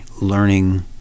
learning